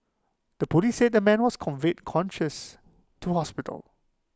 the Police said the man was conveyed conscious to hospital